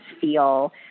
feel